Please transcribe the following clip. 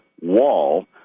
wall